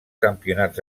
campionats